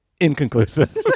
inconclusive